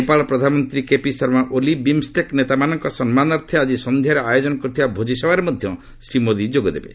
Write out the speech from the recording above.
ନେପାଳ ପ୍ରଧାନମନ୍ତ୍ରୀ କେପିଶର୍ମା ଓଲି ବିମ୍ଷ୍ଟେକ୍ ନେତାମାନଙ୍କ ସମ୍ମାନାର୍ଥେ ଆଜି ସନ୍ଧ୍ୟାରେ ଆୟୋଜନ କରୁଥିବା ଭୋଜିସଭାରେ ମଧ୍ୟ ଶ୍ରୀ ମୋଦି ଯୋଗଦେବେ